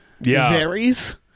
varies